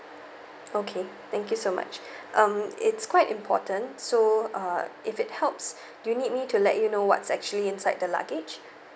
okay thank you so much um it's quite important so uh if it helps do you need me to let you know what's actually inside the luggage